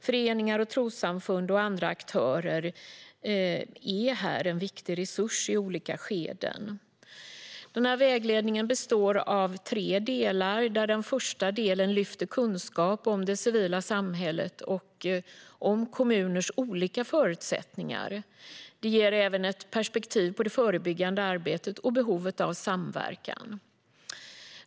Föreningar, trossamfund och andra aktörer är en viktig resurs i olika skeden. Vägledningen består av tre delar, där den första delen lyfter fram kunskap om det civila samhället och om kommuners olika förutsättningar. Det ges även ett perspektiv på det förebyggande arbetet och behovet av samverkan.